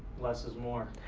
less is more.